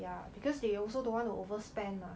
ya because they also don't want to overspend mah